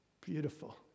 beautiful